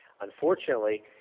Unfortunately